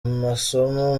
masomo